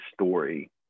story